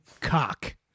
cock